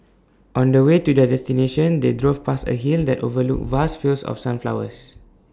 on the way to their destination they drove past A hill that overlooked vast fields of sunflowers